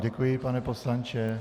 Děkuji vám, pane poslanče.